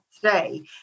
today